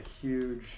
huge